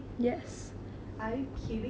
are you kidding me